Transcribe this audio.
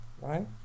right